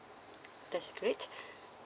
that's great